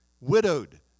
widowed